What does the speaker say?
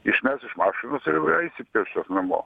išmes iš mašinos ir va eisi pėsčias namo